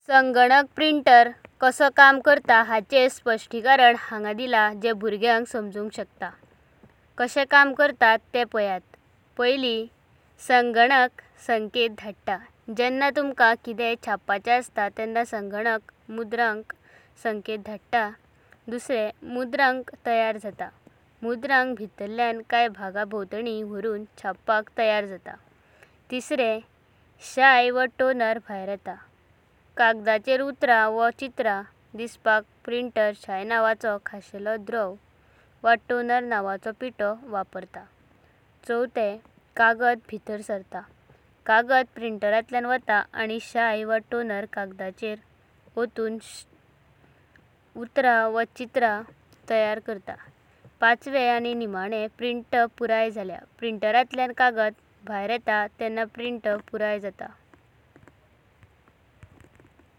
संगणक प्रिंटर कासो काम करात हाचें स्पष्टीकरण हांगा दिला जें भूऱग्यका समजूंका शकता। काशे काम करत ते पायता। संगणक संदेश धादता जेंना तुमका कित्यान चापाचें असता तेंना संगणक मुद्रकाका संदेश धादता। मुद्रक तयार जात मुद्रक भितरल्याना कण्य भाग भोमवतनिं व्हारून चापाक तयार जात। शाई वा टोनर भायर येता मुद्रकांत शाई नांवाचो खासेलो द्रव वा टोनर नांवाचो पीठो वापरात। कागद भितर सरत कागद प्रिंटरांतल्याना वाटा आनी शाई वा टोनर कागदाचेर फवारून वा ओटून उत्तर वा चित्र तयार करतात। प्रिंट पुराय जात, प्रिंटरांतल्याना कागद भायर येता तेंना प्रिंट पुराय जात।